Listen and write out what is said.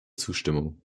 zustimmung